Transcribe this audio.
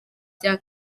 bya